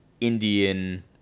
Indian